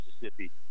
Mississippi